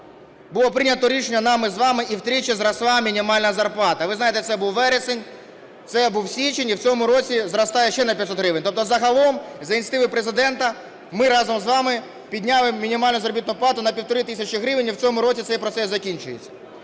було прийнято рішення нами з вами і втричі зросла мінімальна зарплата. Ви знаєте, це був вересень, це був січень. І в цьому році зростає ще на 500 гривень. Тобто загалом, за ініціативи Президента, ми разом з вами підняли мінімальну заробітну плату на 1,5 тисячі гривень, і в цьому оці цей процес закінчується.